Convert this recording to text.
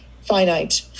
finite